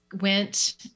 went